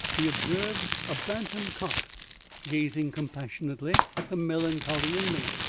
we observed a bantam cock gazing compassionately at the melancholy inmate,